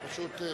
הוא פשוט,